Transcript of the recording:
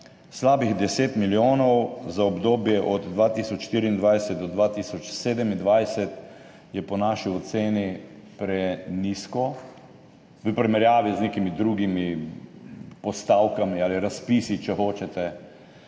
Slabih 10 milijonov za obdobje od 2024 do 2027 je po naši oceni prenizko v primerjavi z nekimi drugimi postavkami ali razpisi, če hočete.